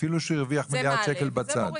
אפילו שהוא הרוויח מיליארד שקל בצד.